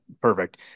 perfect